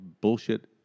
bullshit